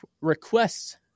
requests